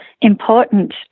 important